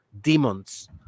demons